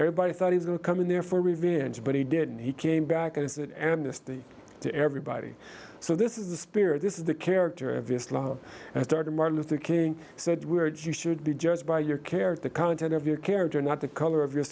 everybody thought he's going to come in there for revenge but he did and he came back and said amnesty to everybody so this is the spirit this is the character of islam and i started martin luther king said words you should be judged by your care of the content of your character not the color of your